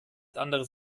anderes